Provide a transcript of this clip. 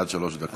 עד שלוש דקות.